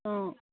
অঁ